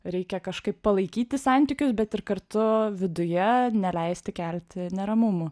reikia kažkaip palaikyti santykius bet ir kartu viduje neleisti kelti neramumų